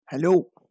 Hello